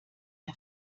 der